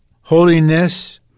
Holiness